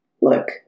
Look